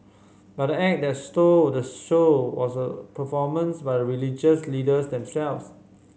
but act that stole the show was a performance by the religious leaders themselves